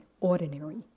ordinary